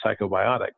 psychobiotic